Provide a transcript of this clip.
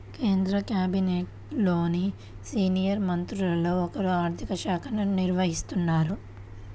కేంద్ర క్యాబినెట్లోని సీనియర్ మంత్రుల్లో ఒకరు ఆర్ధిక శాఖను నిర్వహిస్తారు